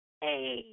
Hey